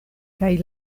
kaj